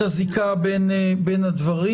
הזיקה בין הדברים.